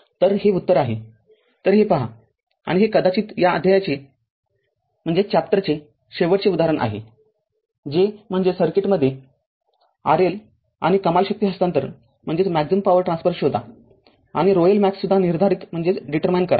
तर हे उत्तर आहे तरहे पहा आणि हे कदाचित या अध्यायचे शेवटचे उदाहरण आहे जे म्हणजे सर्किटमध्ये RL आणि कमाल शक्ती हस्तांतरण शोधा आणि pLmax सुद्धा निर्धारित करा